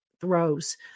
throws